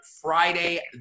Friday